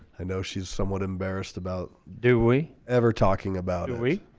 i know she's somewhat embarrassed about do we ever talking about and we